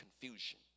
confusion